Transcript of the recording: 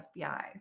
FBI